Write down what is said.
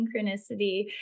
synchronicity